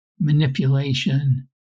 manipulation